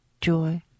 joy